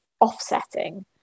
offsetting